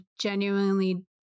genuinely